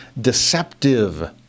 deceptive